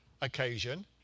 occasion